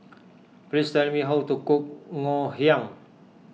please tell me how to cook Ngoh Hiang